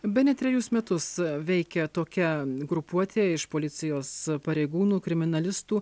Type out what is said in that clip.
bene trejus metus veikia tokia grupuotė iš policijos pareigūnų kriminalistų